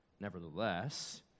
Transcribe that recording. Nevertheless